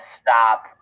stop